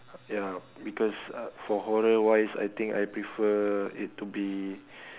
ya because uh for horror wise I think I prefer it to be